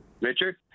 Richard